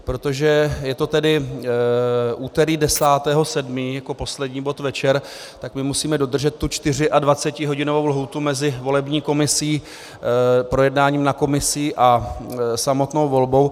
Protože je to tedy úterý 10. 7. jako poslední bod večer, tak my musíme dodržet tu čtyřiadvacetihodinovou lhůtu mezi volební komisí, projednáním na komisi, a samotnou volbou.